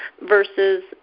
versus